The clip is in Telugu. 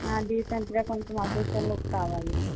డీసెంట్గా కొంచెం ఆఫీషియల్ లుక్ కావాలి